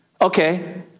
Okay